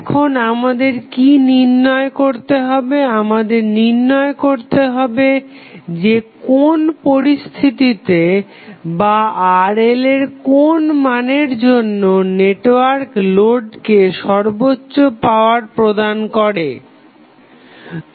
এখন আমাদের কি নির্ণয় করতে হবে আমাদের নির্ণয় করতে হবে যে কোন পরিস্থিতিতে বা RL এর কোন মানের জন্য নেটওয়ার্ক লোডকে সর্বোচ্চ পাওয়ার প্রদান করবে